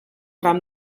ram